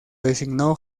designó